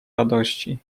radości